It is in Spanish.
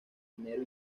dinero